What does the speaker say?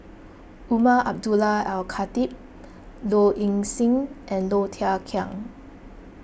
Umar Abdullah Al Khatib Low Ing Sing and Low Thia Khiang